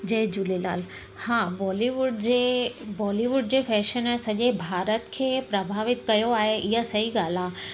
जय झूलेलाल हा बॉलीवुड जे बॉलीवुड जे फैशन सॼे भारत खे प्रभावित कयो आहे इहा सही ॻाल्हि आहे